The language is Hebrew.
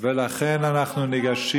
ולכן אנחנו ניגשים